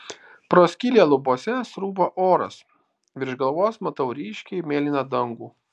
pro skylę lubose srūva oras virš galvos matau ryškiai mėlyną dangų